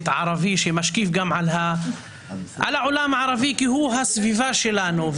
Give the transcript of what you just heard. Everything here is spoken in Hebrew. ערבי שמשקיף גם על העולם הערבי כי הוא הסביבה שלנו.